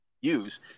use